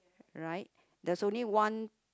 right there's only one